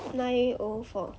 nine oh four